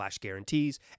guarantees